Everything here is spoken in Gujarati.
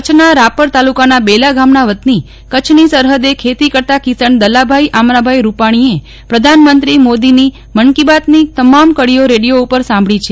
કચ્છના રાપર તાલુકાના બેલા ગામના વતની કચ્છની સરહદે ખેતી કરતાં કિસાન દલાભાઈ આમરાભાઈ રૂપાજ્ઞીએ પ્રધાનમંત્રી મોદીની મન કી બાતની તમામ કડીઓ રેડિયો ઉપર સાંભળી છે